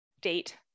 date